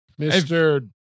Mr